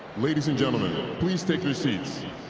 ladies and gentlemen, please take your seats.